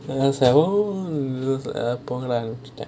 and I was like oh போங்கடானு விட்டுத்தான்:pongadaanu vittutaan